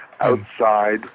outside